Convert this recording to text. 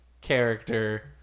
character